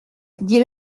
dis